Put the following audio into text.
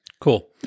Cool